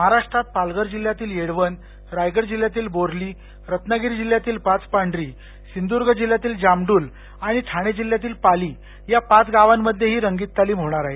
महाराष्ट्रात पालघर जिल्ह्यातील येडवन रायगड जिल्ह्यातील बोर्ली रत्नागिरी जिल्ह्यातील पाचपांडरी सिंधुदुर्ग जिल्ह्यातील जामडूल आणि ठाणे जिल्ह्यातील पाली या पाच गावांमध्ये ही रंगीत तालीम होणार आहे